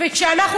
כשאנחנו